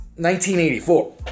1984